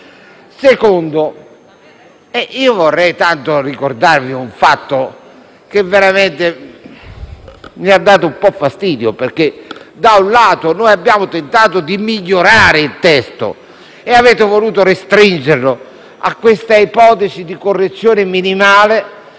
secondo luogo, vorrei tanto ricordarvi un fatto che veramente mi ha dato un po' fastidio, perché se da un lato noi abbiamo tentato di migliorare il testo voi avete voluto restringerlo a questa ipotesi di correzione minimale,